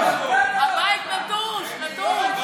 יש, הבית נטוש, נטוש.